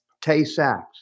Tay-Sachs